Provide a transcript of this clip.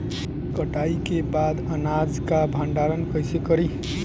कटाई के बाद अनाज का भंडारण कईसे करीं?